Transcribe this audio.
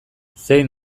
zein